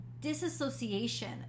disassociation